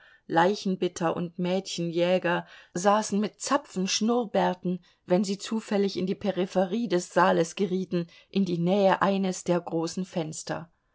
leichenbitter und mädchenjäger saßen mit zapfenschnurrbärten wenn sie zufällig in die peripherie des saales gerieten in die nähe eines der großen fenster